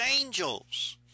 angels